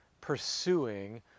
pursuing